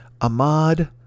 Ahmad